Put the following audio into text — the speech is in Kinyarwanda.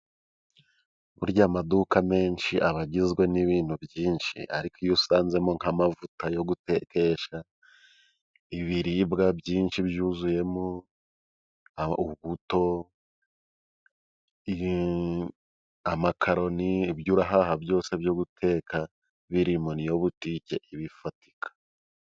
Burya amaduka menshi aba agizwe n'ibintu byinshi, ariko iyo usanzemo nk'amavuta yo gutekesha, ibiribwa byinshi byuzuyemo, ubuto, amakaroni, ibyo urahaha byose byo guteka birimo, ni yo butike iba ifatika.